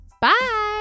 Bye